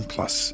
Plus